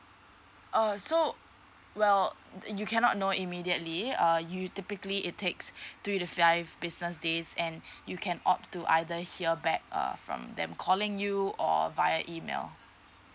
uh so well you cannot know immediately uh you typically it takes three to five business days and you can opt to either hear back err from them calling you or via email